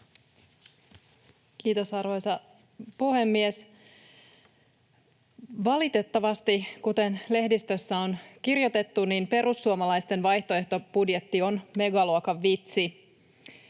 Kiitos, arvoisa puhemies! Valitettavasti, kuten lehdistössä on kirjoitettu, perussuomalaisten vaihtoehtobudjetti on megaluokan vitsi,